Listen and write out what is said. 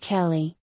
Kelly